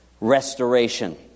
restoration